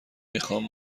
میخوام